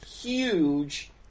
huge